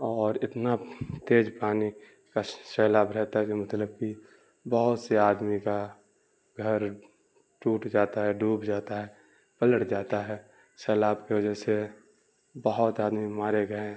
اور اتنا تیز پانی کا سیلاب رہتا ہے جو مطلب کہ بہت سے آدمی کا گھر ٹوٹ جاتا ہے ڈوب جاتا ہے پلٹ جاتا ہے سیلاب کی وجہ سے بہت آدمی مارے گئے ہیں